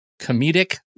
comedic